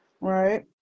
Right